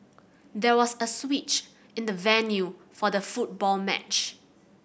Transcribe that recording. there was a switch in the venue for the football match